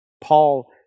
Paul